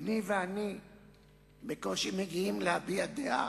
בני ואני בקושי מגיעים להביע דעה.